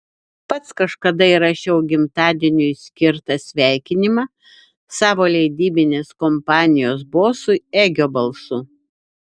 pats kažkada įrašiau gimtadieniui skirtą sveikinimą savo leidybinės kompanijos bosui egio balsu